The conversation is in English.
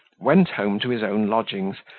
went home to his own lodgings,